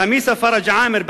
ח'מיסה פראג' עאמר,